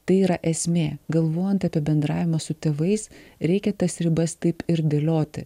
tai yra esmė galvojant apie bendravimą su tėvais reikia tas ribas taip ir dėlioti